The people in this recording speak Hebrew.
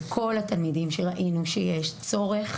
לכל התלמידים שראינו שיש להם צורך